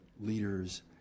leaders